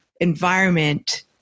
environment